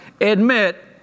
admit